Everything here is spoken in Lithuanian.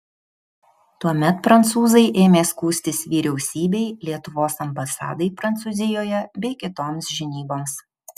tuomet prancūzai ėmė skųstis vyriausybei lietuvos ambasadai prancūzijoje bei kitoms žinyboms